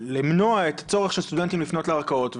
למנוע את הצורך של סטודנטים לפנות לערכאות,